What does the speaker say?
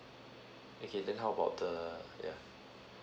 okay then how about the yeah